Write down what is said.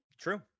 True